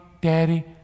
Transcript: Daddy